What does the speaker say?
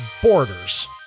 borders